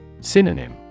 Synonym